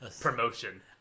promotion